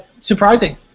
Surprising